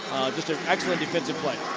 just an excellent defensive play.